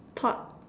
thought